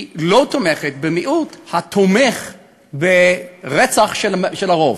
לא תומכת במיעוט התומך ברצח של הרוב.